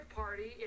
party